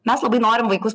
mes labai norim vaikus